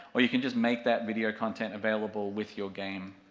or you can just make that video content available with your game,